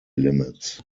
limits